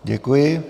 Děkuji.